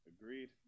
Agreed